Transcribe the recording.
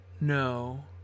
no